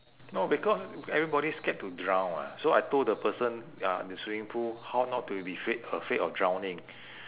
no because everybody scared to drown mah so I told the person ya in the swimming pool how not to be ~fraid afraid of drowning